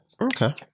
Okay